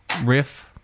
riff